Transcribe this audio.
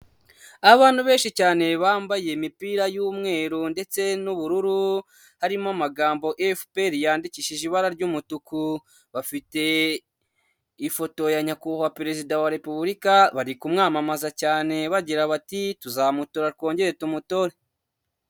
Abantu benshi cyane bambaye imipira y'umweru ndetse n'ubururu, harimo amagambo FPR yandikishije ibara ry'umutuku. Bafite ifoto ya Nyakubahwa Perezida wa Repubulika, bari kumwamamaza cyane bagira bati "tuzamutora twongere tumutore."